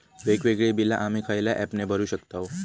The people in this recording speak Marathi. वेगवेगळी बिला आम्ही खयल्या ऍपने भरू शकताव?